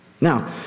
Now